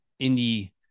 indie